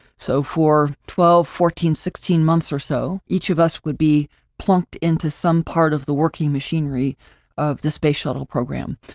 so, for twelve, fourteen, sixteen months, or so, each of us would be plunked into some part of the working machinery of the space shuttle program.